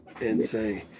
insane